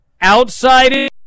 outside